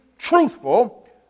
truthful